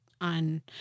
on